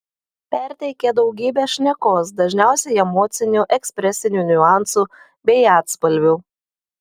perteikia daugybę šnekos dažniausiai emocinių ekspresinių niuansų bei atspalvių